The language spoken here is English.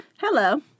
Hello